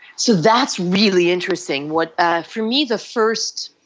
so that's really interesting, what ah for me the first